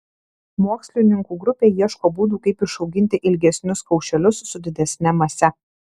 mokslininkų grupė ieško būdų kaip išauginti ilgesnius kaušelius su didesne mase